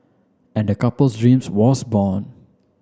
and the couple's dream was born